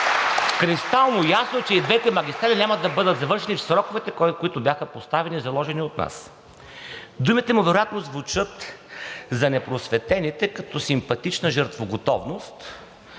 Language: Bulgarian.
кристално ясно, че и двете магистрали няма да бъдат завършени в сроковете, които бяха поставени и заложени от нас. Думите му вероятно звучат за непросветените като симпатична жертвоготовност,